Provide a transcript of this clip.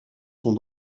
sont